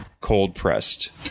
cold-pressed